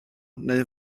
neu